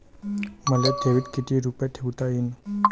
मले ठेवीत किती रुपये ठुता येते?